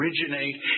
originate